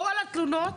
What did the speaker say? כל התלונות